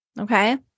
okay